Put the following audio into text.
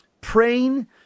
praying